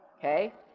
okay.